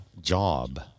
job